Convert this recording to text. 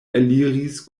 eliris